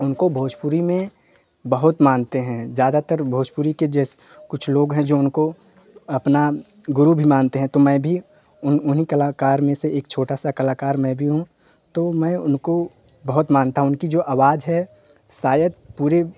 उनको भोजपुरी में बहुत मानते हैं ज़्यादातर भोजपुरी के जेसे कुछ लोग हैं जो उनको अपना गुरू भी मानते हैं तो मैं भी उन उन्हीं कलाकार में से एक छोटा सा कलाकार मैं भी हूँ तो मैं उनको बहुत मानता हूँ उनकी जो आवाज़ है शायद पूरी